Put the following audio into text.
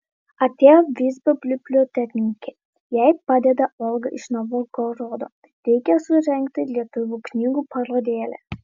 atėjo visbio bibliotekininkė jai padeda olga iš novgorodo reikia surengti lietuvių knygų parodėlę